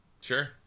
Sure